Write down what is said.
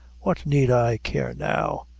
what need i care now?